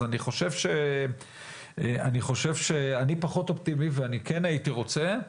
אז, אני פחות אופטימי ואני כן הייתי רוצה,